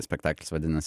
spektaklis vadinasi